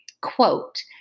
Quote